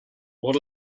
what